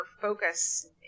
focus